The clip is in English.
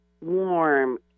warm